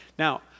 Now